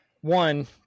one